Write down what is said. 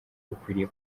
ukwiriye